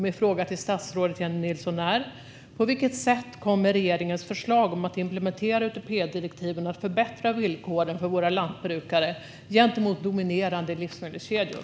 Min fråga till statsrådet Jennie Nilsson är: På vilket sätt kommer regeringens förslag om att implementera UTP-direktivet att förbättra villkoren för våra lantbrukare gentemot dominerande livsmedelskedjor?